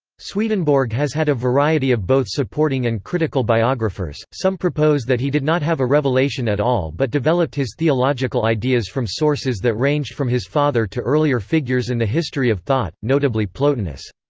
swedenborg has had a variety of both supporting and critical biographers some propose that he did not have a revelation at all but developed his theological ideas from sources that ranged from his father to earlier figures in the history of thought, notably plotinus.